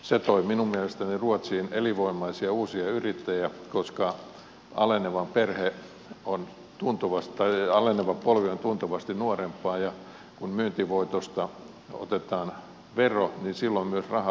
se toi minun mielestäni ruotsiin elinvoimaisia uusia yrittäjiä koska aleneva polvi on tuntuvasti nuorempaa ja kun myyntivoitoista otetaan vero niin silloin myös raha vaihtuu